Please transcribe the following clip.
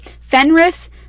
Fenris